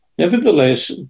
Nevertheless